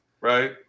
right